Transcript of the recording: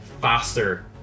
faster